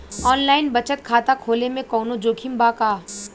Online बचत खाता खोले में कवनो जोखिम बा का?